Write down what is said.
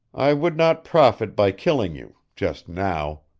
i would not profit by killing you just now,